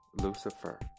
Lucifer